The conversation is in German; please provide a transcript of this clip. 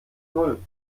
null